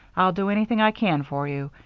i'll do anything i can for you.